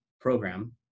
program